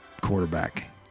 quarterback